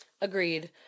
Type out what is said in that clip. Agreed